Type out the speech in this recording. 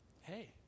hey